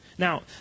Now